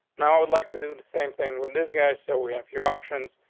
now, i would like to do the same thing with this guy. so we have few options.